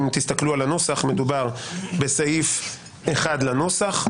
אם תסתכלו על הנוסח, מדובר בסעיף 1 לנוסח,